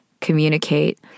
communicate